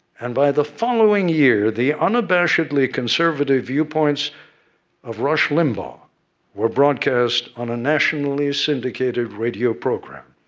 and, by the following year, the unabashedly conservative viewpoints of rush limbaugh were broadcast on a nationally-syndicated radio program.